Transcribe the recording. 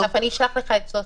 אסף, אני אשלח לך את זאת